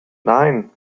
nein